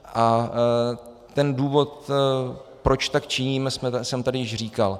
A ten důvod, proč tak činíme, jsem tady již říkal.